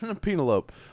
Penelope